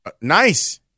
nice